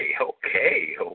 okay